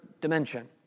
dimension